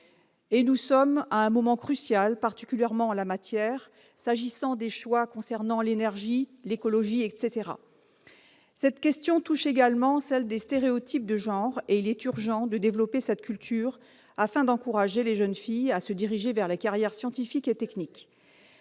? Nous en sommes à un moment crucial, particulièrement en la matière, s'agissant des choix relatifs à l'énergie, l'écologie, etc. Cette question touche également celle des stéréotypes de genre ; il est urgent de développer cette culture afin d'encourager les jeunes filles à se diriger vers les carrières scientifiques et techniques.